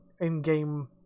in-game